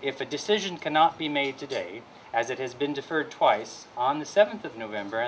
if a decision cannot be made today as it has been deferred twice on the seventh of november